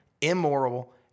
immoral